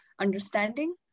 understanding